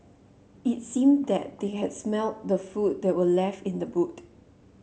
it seemed that they had smelt the food that were left in the boot